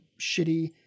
shitty